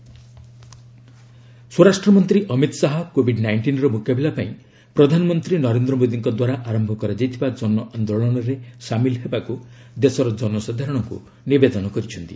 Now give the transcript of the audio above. HM appeal ସ୍ୱରାଷ୍ଟ୍ର ମନ୍ତ୍ରୀ Amit Shah' Covid ନାଇଷ୍ଟିନ୍ର ମୁକାବିଲା ପାଇଁ ପ୍ରଧାନମନ୍ତ୍ରୀ ନରେନ୍ଦ୍ର ମୋଦୀଙ୍କ ଦ୍ୱାରା ଆରମ୍ଭ କରାଯାଇଥିବା ଜନଆନ୍ଦୋଳନରେ ସାମିଲ ହେବାକୁ ଦେଶର ଜନସାଧାରଣଙ୍କୁ ନିବେଦନ କରିଛନ୍ତି